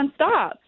nonstop